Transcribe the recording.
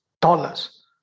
dollars